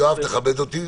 תכבד אותי.